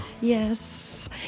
Yes